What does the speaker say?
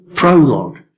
prologue